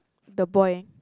the boy